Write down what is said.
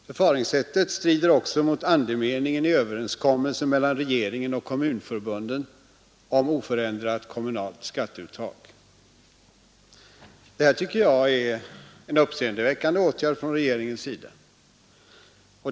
Förfaringssättet strider också mot andemeningen i överenskommelsen mellan regeringen och kommunförbunden om oförändrat kommunalt skatteuttag. Detta tycker jag är en uppseendeväckande åtgärd från regeringen.